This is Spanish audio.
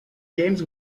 james